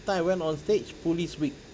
time I went onstage police week